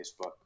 Facebook